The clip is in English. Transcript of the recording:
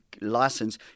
License